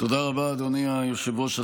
תודה רבה, אדוני היושב-ראש.